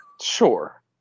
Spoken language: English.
Sure